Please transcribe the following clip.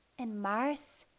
and mars,